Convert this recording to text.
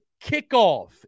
kickoff